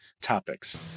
topics